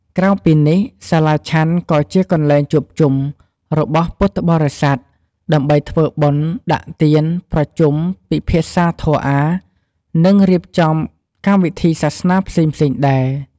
ក្រៅពីនេះ សាលាឆាន់ក៏ជា កន្លែងជួបជុំ របស់ពុទ្ធបរិស័ទ ដើម្បីធ្វើបុណ្យ ដាក់ទាន ប្រជុំ ពិភាក្សាធម៌អាថ៌ និងរៀបចំកម្មវិធីសាសនាផ្សេងៗដែរ។